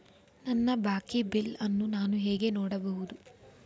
ನನ್ನ ಬಾಕಿ ಬಿಲ್ ಅನ್ನು ನಾನು ಹೇಗೆ ನೋಡಬಹುದು?